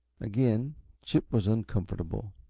again chip was uncomfortable.